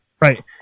Right